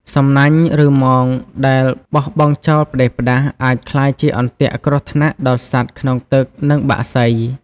សំណាញ់ ឬ ម៉ងដែលបោះបង់ចោលផ្ដេសផ្ដាស អាចក្លាយជាអន្ទាក់គ្រោះថ្នាក់ដល់សត្វក្នុងទឹកនិងបក្សី។